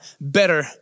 better